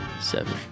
seven